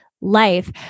life